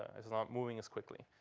it's not moving as quickly.